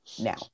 now